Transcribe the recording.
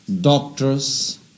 doctors